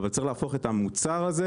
אבל צריך להפוך את המוצר הזה,